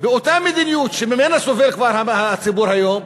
באותה מדיניות שממנה סובל הציבור כבר היום,